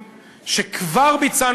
בצורך הזה,